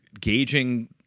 gauging